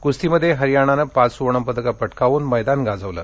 कुस्तीमध्ये हरियाणानं पाच सुवर्ण पदकं पटकावून मैदान गाजवलं